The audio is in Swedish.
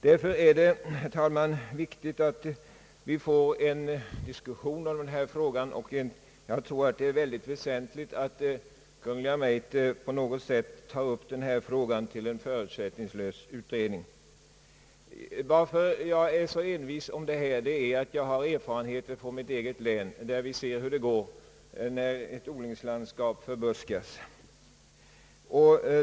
Det är därför viktigt att vi får en diskussion om den här frågan, och jag tror att det är väldigt väsentligt att Kungl. Maj:t på något sätt tar upp den till en förutsättningslös utredning. Anledningen till att jag är så envis på denna punkt är de erfarenheter jag har från mitt eget län, där man ser hur det går när ett odlingslandskap förbuskas.